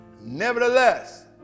Nevertheless